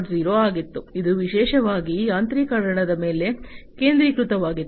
0 ಆಗಿತ್ತು ಇದು ವಿಶೇಷವಾಗಿ ಯಾಂತ್ರೀಕರಣದ ಮೇಲೆ ಕೇಂದ್ರೀಕೃತವಾಗಿತ್ತು